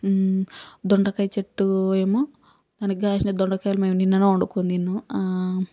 దొండకాయ చెట్టు ఏమో దానికి కాసిన దొండకాయలు మేము నిన్ననే వండుకుని తిన్నాం